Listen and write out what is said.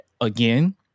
again